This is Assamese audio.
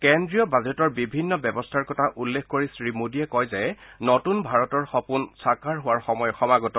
কেন্দ্ৰীয় বাজাটৰ বিভিন্ন ব্যৱস্থাৰ কথা উল্লেখ কৰি শ্ৰীমোদীয়ে কয় যে নতুন ভাৰতৰ সপোন সাকাৰ হোৱাৰ সময় সমাগত